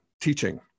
teaching